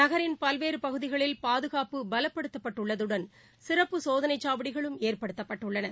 நகரின் பல்வேறு பகுதிகளில் பாதுகாப்பு பலப்படுத்தப்பட்டுள்ளதுடன் சிறப்பு சோதனைச்சாவடிகளும் ஏற்படுத்தப்பட்டுள்ளன